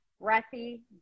breathy